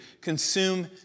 Consume